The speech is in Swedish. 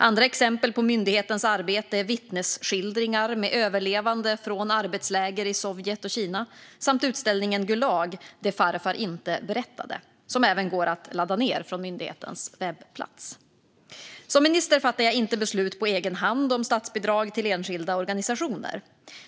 Andra exempel på myndighetens arbete är vittnesskildringar med överlevande från arbetsläger i Sovjet och Kina samt utställningen Gulag: Det farfar inte berättade , som även går att ladda ned från myndighetens webbplats. Som minister fattar jag inte beslut på egen hand om statsbidrag till enskilda organisationer.